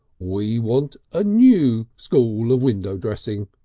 we want a new school of window dressing,